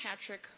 Patrick